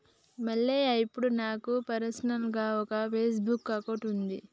మల్లయ్య ఇప్పుడు నాకు పర్సనల్గా ఒక ఫేస్బుక్ అకౌంట్ ఉన్నది